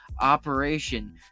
operation